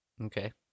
Okay